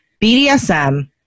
BDSM